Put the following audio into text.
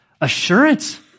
assurance